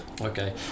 Okay